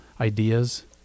ideas